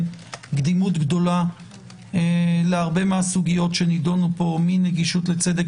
קדימות גדולה להרבה מהסוגיות שנידונו פה: מנגישות לצדק